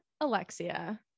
Alexia